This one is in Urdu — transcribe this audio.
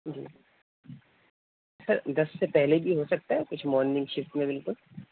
جی سر دس سے پہلے بھی ہو سکتا ہے کچھ مورننگ شفٹ میں بالکل